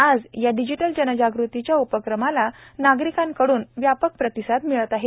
आज या डिजीटल जनजागृतीच्या उपक्रमाला नागरिकांकडुन व्यापक प्रतिसाद मिळत आहे